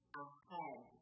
ahead